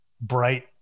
bright